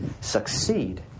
succeed